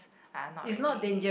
uh not really